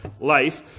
life